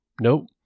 Nope